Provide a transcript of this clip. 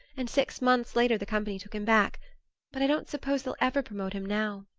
and six months later the company took him back but i don't suppose they'll ever promote him now.